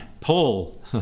Paul